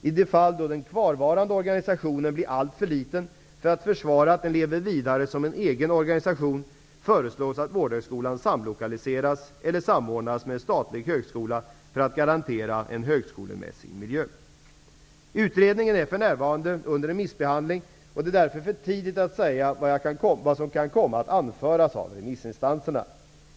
I de fall då den kvarvarande organisationen blir alltför liten för att försvara att den lever vidare som en egen organisation föreslås att vårdhögskolan samlokaliseras eller samordnas med en statlig högskola för att garantera en högskolemässig miljö. Utredningen är för närvarande under remissbehandling, och det är därför för tidigt att säga vad som kan komma att anföras av remissinstanserna.